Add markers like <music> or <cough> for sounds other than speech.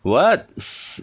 what <laughs>